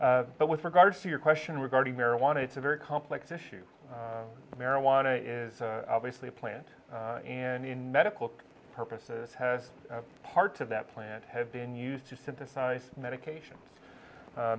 but with regards to your question regarding marijuana it's a very complex issue marijuana is obviously a plant and in medical purposes has part of that plant have been used to synthesize medications